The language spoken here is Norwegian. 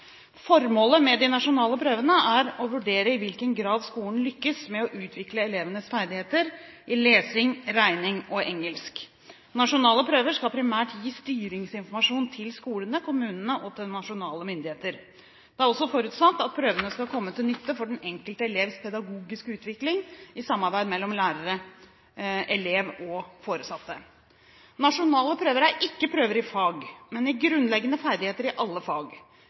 Formålet med de nasjonale prøvene er å vurdere i hvilken grad skolen lykkes med å utvikle elevenes ferdigheter i lesing, regning og engelsk. Nasjonale prøver skal primært gi styringsinformasjon til skolene, til kommunene og til nasjonale myndigheter. Det er også forutsatt at prøvene skal komme til nytte for den enkelte elevs pedagogiske utvikling i samarbeid mellom lærer, elev og foresatte. Nasjonale prøver er ikke prøver i fag, men i grunnleggende ferdigheter i alle fag.